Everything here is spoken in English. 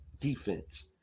defense